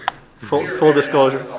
full full disclosure.